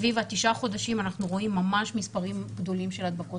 סביב התשעה חודשים אנחנו רואים ממש מספרים גדולים של הדבקות